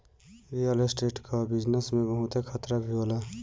real estate कअ business में बहुते खतरा भी होला